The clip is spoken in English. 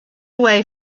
way